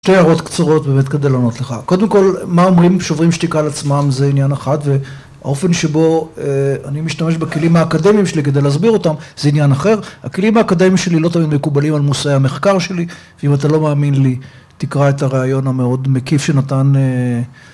שתי הערות קצרות באמת כדי לענות לך. קודם כל, מה אומרים שוברים שתיקה על עצמם זה עניין אחת, והאופן שבו אני משתמש בכלים האקדמיים שלי כדי להסביר אותם זה עניין אחר. הכלים האקדמיים שלי לא תמיד מקובלים על מושאי המחקר שלי, ואם אתה לא מאמין לי, תקרא את הרעיון המאוד מקיף שנתן...